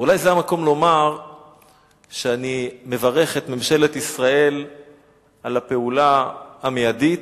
ואולי זה המקום לומר שאני מברך את ממשלת ישראל על הפעולה המיידית,